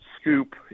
scoop